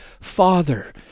Father